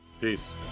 peace